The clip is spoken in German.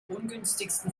ungünstigsten